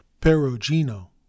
Perugino